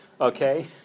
okay